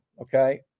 okay